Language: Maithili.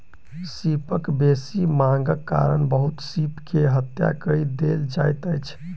सीपक बेसी मांगक कारण बहुत सीप के हत्या कय देल जाइत अछि